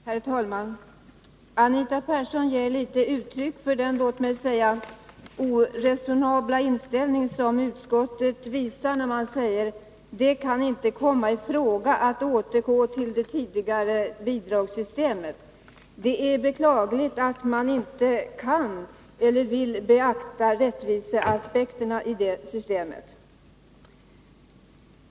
Herr talman! Anita Persson ger i någon mån uttryck för den, låt mig kalla det oresonabla, inställning som utskottet visar när man säger att det inte kan komma i fråga att återgå till det tidigare bidragssystemet. Det är beklagligt att man inte kan eller vill beakta rättviseaspekterna i det systemet.